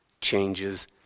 changes